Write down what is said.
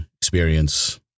experience